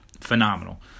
phenomenal